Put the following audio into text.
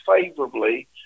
favorably